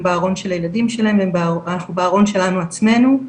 הם בארון של הילדים שלהם ואנחנו בארון שלנו עצמנו,